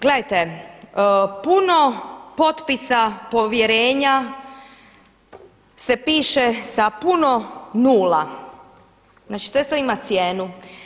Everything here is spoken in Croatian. Gledajte puno potpisa povjerenja se piše sa puno nula, znači to isto ima cijenu.